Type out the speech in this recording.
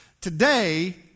Today